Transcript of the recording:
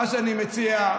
מה שאני מציע,